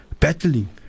battling